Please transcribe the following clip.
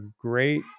great